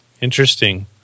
Interesting